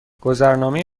گذرنامه